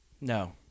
No